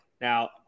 now